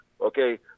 Okay